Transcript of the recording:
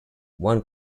one